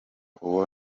uwo